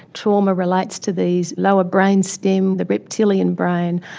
trauma relates to these lower brain stem, the reptilian brain,